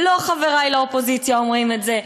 לא חברי לאופוזיציה אומרים את זה.